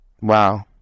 Wow